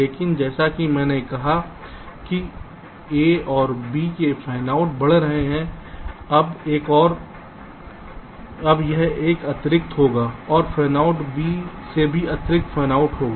लेकिन जैसा कि मैंने कहा कि a और b के फैनआउट बढ़ रहे हैं अब यह एक अतिरिक्त होगा और फैनआउट b में भी अतिरिक्त फैनआउट होगा